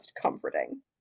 comforting